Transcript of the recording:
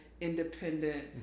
independent